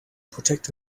protect